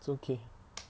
it's okay